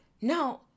now